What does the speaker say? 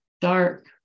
dark